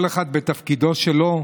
כל אחד בתפקידו שלו.